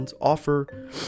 offer